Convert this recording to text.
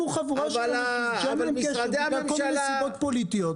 חבורה של אנשים שאין להם קשר והכול מסיבות פוליטיות.